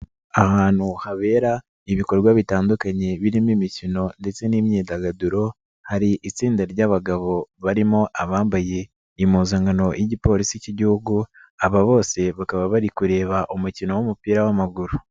Ahantu habera ibikorwa bitandukanye birimo imikino ndetse n'imyidagaduro hari itsinda ry'abagabo barimo abambaye impuzankano y'Igipolisi k'Igihugu, aba bose bakaba bari kureba umukino w'umupira w'amaguru.